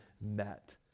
met